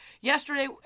yesterday